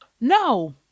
No